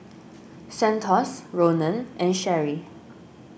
Santos Ronan and Sherri